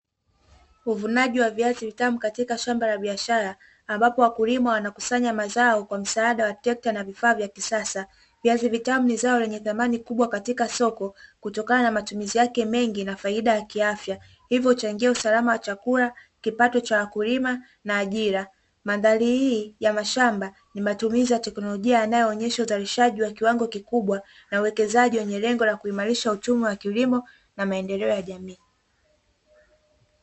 Uvunaji wa viazi vitamu katika shamba la biashara ambapo wakulima wanakusanya mazao kwa msaada wa trekta na vifaa vya kisasa, viazi vitamu ni zao lenye thamani kubwa katika soko kutokana na matumizi yake mengi na faida ya kiafya hivyo uchangia usalama wa chakula, kipato cha wakulima na ajira, mandhari hii ya mashamba ni matumizi ya teknolojia yanayoonyesha uzalishaji wa kiwango kikubwa na uwekezaji wenye lengo la kuimarisha uchumi wa kilimo na maendeleo ya jamii.